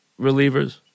relievers